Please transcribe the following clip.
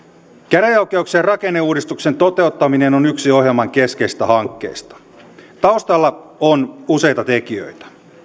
käräjäoikeuksien rakenneuudistuksen toteuttaminen on yksi ohjelman keskeisistä hankkeista taustalla on useita tekijöitä